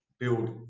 Build